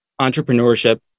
entrepreneurship